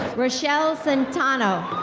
rachel centeno.